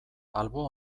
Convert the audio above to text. albo